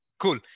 Cool